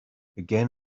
again